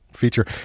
feature